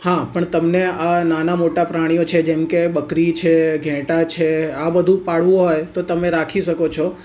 હા પણ તમને આ નાનાં મોટાં પ્રાણીઓ છે જેમ કે બકરી છે ઘેટાં છે આ બધું પાળવું હોય તો તમે રાખી શકો છો